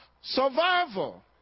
survival